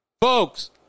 Folks